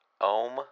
Ohm